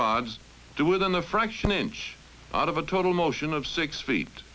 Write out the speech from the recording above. rods to within the fraction inch out of a total motion of six feet